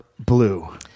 Blue